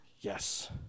yes